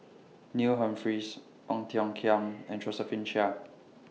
Neil Humphreys Ong Tiong Khiam and Josephine Chia